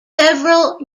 several